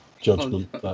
judgment